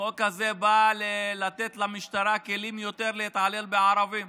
החוק הזה בא לתת למשטרה כלים להתעלל יותר בערבים.